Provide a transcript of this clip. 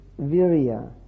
virya